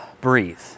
breathe